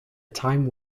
time